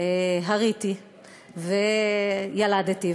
הריתי וילדתי,